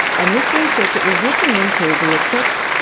and this research, it was looking into the effect.